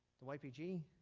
the ypg,